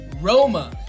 Roma